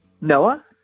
Noah